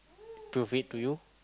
prove it to you